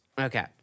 Okay